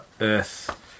Earth